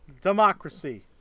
Democracy